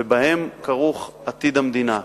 ובהם כרוך עתיד המדינה.